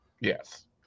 Yes